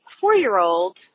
four-year-old